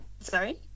Sorry